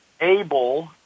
able